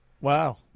Wow